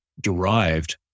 derived